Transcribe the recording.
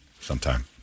sometime